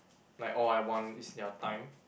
like all I want is their time